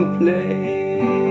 play